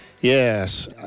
Yes